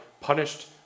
punished